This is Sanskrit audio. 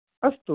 अस्तु